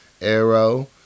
Arrow